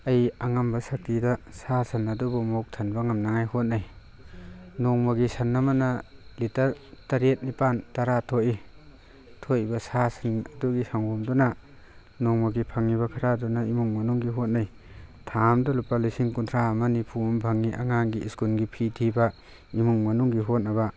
ꯑꯩ ꯑꯉꯝꯕ ꯁꯛꯇꯤꯗ ꯁꯥꯁꯟ ꯑꯗꯨꯕꯨ ꯃꯕꯨꯛ ꯊꯟꯕ ꯉꯝꯅꯉꯥꯏ ꯍꯣꯠꯅꯩ ꯅꯣꯡꯃꯒꯤ ꯁꯟ ꯑꯃꯅ ꯂꯤꯇ꯭ꯔ ꯇꯔꯦꯠ ꯅꯤꯄꯥꯜ ꯇꯔꯥ ꯊꯣꯛꯏ ꯊꯣꯛꯏꯕ ꯁꯥꯁꯟ ꯑꯗꯨꯒꯤ ꯁꯪꯒꯣꯝꯗꯨꯅ ꯅꯣꯡꯃꯒꯤ ꯐꯪꯉꯤꯕ ꯈꯔ ꯑꯗꯨꯅ ꯏꯃꯨꯡ ꯃꯅꯨꯡꯒꯤ ꯍꯣꯠꯅꯩ ꯊꯥ ꯑꯃꯗ ꯂꯨꯄꯥ ꯂꯤꯁꯤꯡ ꯀꯨꯟꯊ꯭ꯔꯥ ꯑꯃ ꯅꯤꯐꯨ ꯑꯃ ꯐꯪꯉꯤ ꯑꯉꯥꯡꯒꯤ ꯁ꯭ꯀꯨꯜꯒꯤ ꯐꯤ ꯊꯤꯕ ꯑꯃꯨꯡ ꯃꯅꯨꯡꯒꯤ ꯍꯣꯠꯅꯕ